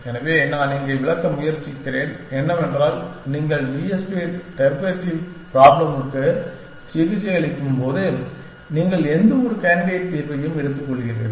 எனவே நான் இங்கே விளக்க முயற்சிக்கிறேன் என்னவென்றால் நீங்கள் டிஎஸ்பி பெர்டர்பேடிவ் ப்ராப்ளூமுக்கு சிகிச்சையளிக்கும்போது நீங்கள் எந்தவொரு கேண்டிடேட் தீர்வையும் எடுத்துக்கொள்கிறீர்கள்